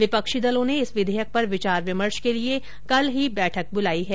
विपक्षी दलों ने इस विधेयक पर विचार विमर्श के लिए कल ही बैठक बुलायी है